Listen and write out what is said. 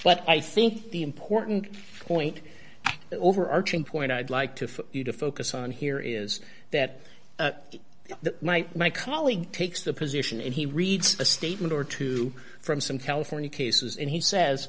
but i think the important point the overarching point i'd like to for you to focus on here is that the my my colleague takes the position and he reads a statement or two from some california cases and he says